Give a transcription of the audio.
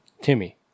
Timmy